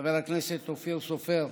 חבר הכנסת אופיר סופר,